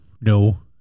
No